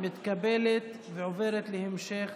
מתקבלת ועוברת להמשך